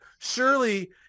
surely